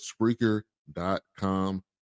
Spreaker.com